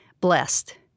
Blessed